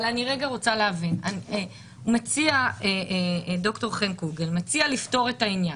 אני רוצה להבין ד"ר חן קוגל מציע לפתור את העניין.